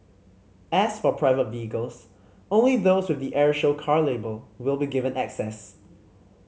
as for private vehicles only those with the air show car label will be given access